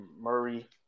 Murray